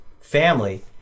family